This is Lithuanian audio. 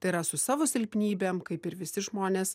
tai yra su savo silpnybėm kaip ir visi žmonės